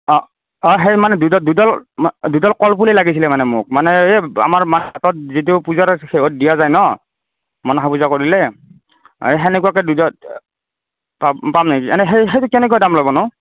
অঁ অঁ সেই মানে দুডাল দুডাল তোমাক দুডাল কলফুলেই লাগিছিলে মানে মোক মানে আমাৰ মাৰ হাতত যিটো পূজাৰ শেহত দিয়া যায় ন মনসা পূজা কৰিলে তেনেকুৱাকে দুডাল পাম পাম নেকি এনেই সেই সেইটো কেনেকুৱা দাম ল'বনো